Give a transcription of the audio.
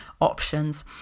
options